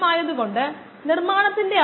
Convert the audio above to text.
rnet rin - rout rgen - rconsump 20 - 5 1 - 0